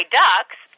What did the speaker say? ducks